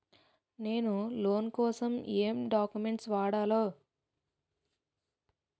నేను లోన్ కోసం ఎం డాక్యుమెంట్స్ ఇవ్వాలో నాకు చెపుతారా నాకు చెపుతారా?